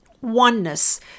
oneness